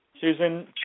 Susan